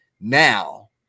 now